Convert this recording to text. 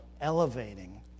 elevating